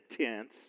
tense